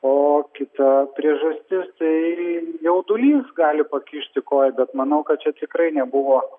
o kita priežastis tai jaudulys gali pakišti koją bet manau kad čia tikrai nebuvo